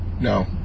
No